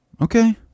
Okay